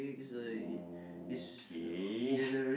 okay